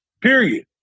period